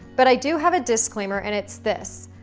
but i do have a disclaimer, and it's this.